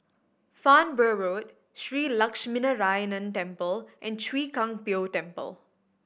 Farnborough Road Shree Lakshminarayanan Temple and Chwee Kang Beo Temple